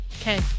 Okay